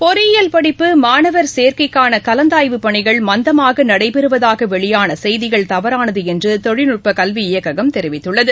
பொறியியல் படிப்பு மாணவர் சேர்க்கைக்கான கலந்தாய்வுப் பணிகள் மந்தமாக நடைபெறுவதாக வெளியான செய்திகள் தவறானது என்று தொழில் நட்ப கல்வி இயக்ககம் தெரிவித்துள்ளது